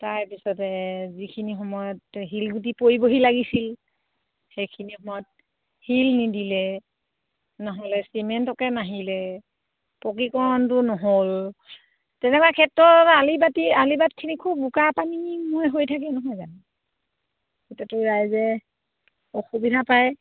তাৰপিছতে যিখিনি সময়ত শিলগুটি পৰিবহি লাগিছিল সেইখিনি সময়ত শিল নিদিলে নহ'লে চিমেণ্টকে নাহিলে পকীকৰণটো নহ'ল তেনেকুৱা ক্ষেত্ৰত আলি বাতি আলিবাটখিনি খুব বোকা পানীময় হৈ থাকে নহয় জানো তেতিয়াতো ৰাইজে অসুবিধা পায়